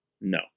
No